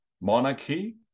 monarchy